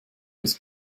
isst